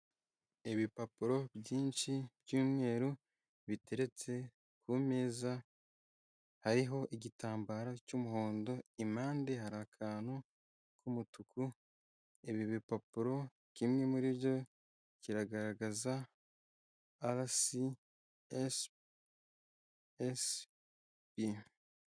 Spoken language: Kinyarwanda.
Ibipapuro byinshi by'umweru, biteretse ku meza ariho igitambaro cy'umuhondo, impande hari akantu k'umutuku, ibi bipapuro kimwe muri byo kiragaragaza RSSB.